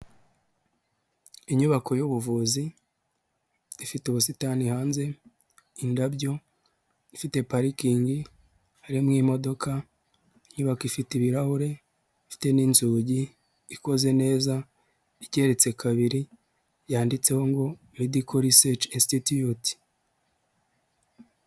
Inyubako y'ubuvuzi ifite ubusitani hanze indabyo ifite parikingi harimo imodoka, inyubako ifite ibirahure ifite n'inzugi, ikoze neza igeretse kabiri yanditseho ngo mediko seta isititiyuti.